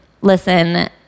Listen